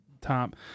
top